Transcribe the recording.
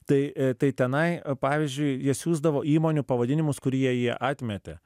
tai tai tenai pavyzdžiui jie siųsdavo įmonių pavadinimus kurie jie atmetė